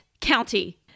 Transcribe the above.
county